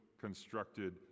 constructed